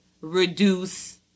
reduce